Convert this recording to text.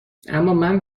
امامن